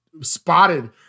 spotted